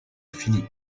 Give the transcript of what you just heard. finit